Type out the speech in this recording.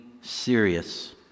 serious